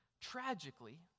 tragically